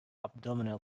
abdominal